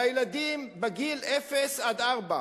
מהילדים בגיל אפס עד ארבע,